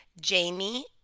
Jamie